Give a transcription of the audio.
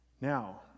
Now